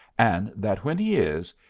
and that when he is,